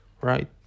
right